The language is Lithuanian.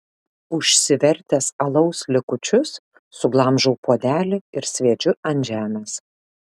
užsivertęs alaus likučius suglamžau puodelį ir sviedžiu ant žemės